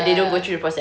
ya